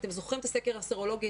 אתם זוכרים את הסקר הסרולוגי,